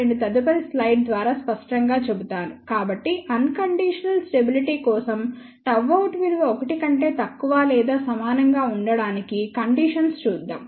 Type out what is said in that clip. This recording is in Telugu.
నేను తదుపరి స్లైడ్ ద్వారా స్పష్టంగా చెబుతాను కాబట్టి అన్ కండీషనల్ స్టెబిలిటీ కోసం Γout విలువ 1 కంటే తక్కువ లేదా సమానంగా ఉండడానికి కండీషన్స్ చూద్దాం